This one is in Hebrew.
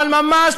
אבל ממש,